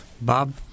Bob